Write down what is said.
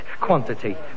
Quantity